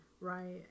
Right